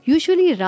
Usually